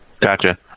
Gotcha